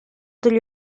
degli